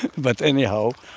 but anyhow,